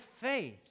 faith